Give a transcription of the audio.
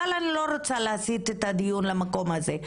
אבל אני לא רוצה להסית את הדיון למקום הזה.